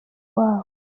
wabo